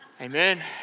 Amen